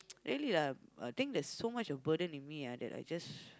really lah I think there's so much of burden in me ah that I just